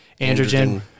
androgen